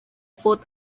put